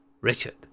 Richard